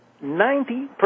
Ninety